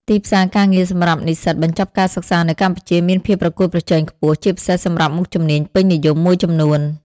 ទីផ្សារការងារសម្រាប់និស្សិតបញ្ចប់ការសិក្សានៅកម្ពុជាមានភាពប្រកួតប្រជែងខ្ពស់ ជាពិសេសសម្រាប់មុខជំនាញពេញនិយមមួយចំនួន។